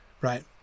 right